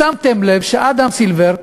שמתם לב שאדם סילבר,